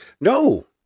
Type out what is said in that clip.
No